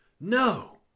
no